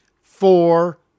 four